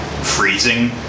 freezing